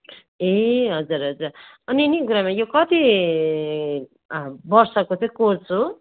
ए हजुर हजुर अनि नि गुरुमा यो कति वर्षको चाहिँ कोर्स हो